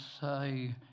say